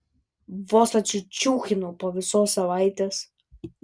vos atsičiūchinau po visos savaitės